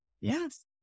Yes